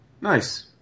Nice